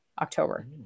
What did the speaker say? October